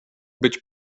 być